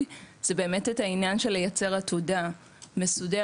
זה באמת את העניין של לייצר עתודה מסודרת.